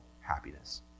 happiness